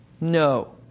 No